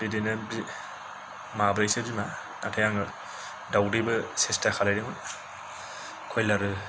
बिदिनो माब्रैसो बिमा नाथाय आङो दाउदैबो सेसथा खालामदों मोन कुर'इलार